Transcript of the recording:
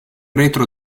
retro